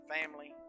family